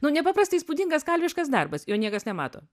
nu nepaprastai įspūdingas kalviškas darbas jo niekas nemato